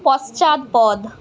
পশ্চাৎপদ